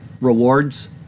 rewards